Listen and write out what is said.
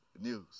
news